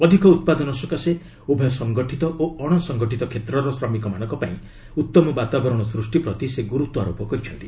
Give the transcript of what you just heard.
ଅଧିକ ଉତ୍ପାଦନ ସକାଶେ ଉଭୟ ସଙ୍ଗଠିତ ଓ ଅଶସଙ୍ଗଠିତ କ୍ଷେତ୍ରର ଶ୍ରମିକମାନଙ୍କପାଇଁ ଉତ୍ତମ ବାତାବରଣ ସୃଷ୍ଟି ପ୍ରତି ସେ ଗୁରୁତ୍ୱ ଆରୋପ କରିଛନ୍ତି